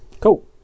Cool